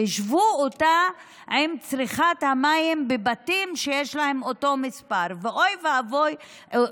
והשוו אותה עם צריכת המים בבתים שיש בהם אותו מספר של דיירים.